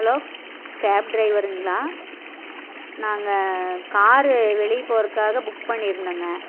hello cab டிரைவருங்களா நாங்கள் car வெளியே போறதுக்காக புக் பண்ணியிருந்தாங்க